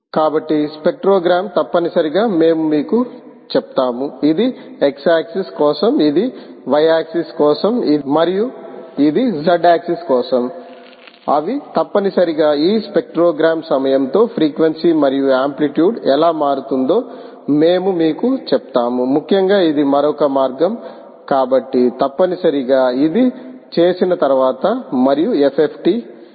కాబట్టి స్పెక్ట్రోగ్రామ్ తప్పనిసరిగా మేము మీకు చెప్తాము ఇది x ఆక్సిస్ కోసం ఇది y ఆక్సిస్ కోసం మరియు ఇది z ఆక్సిస్ కోసం అవి తప్పనిసరిగా ఈ స్పెక్ట్రోగ్రామ్ సమయంతో ఫ్రీక్వెన్సీ మరియు ఆంప్లిట్యూడ్ ఎలా మారుతుందో మేము మీకు చెప్తాము ముఖ్యంగా ఇది మరొక మార్గం కాబట్టి తప్పనిసరిగా ఇది చేసిన తరువాత మరియు FFT